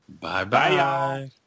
Bye-bye